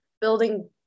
building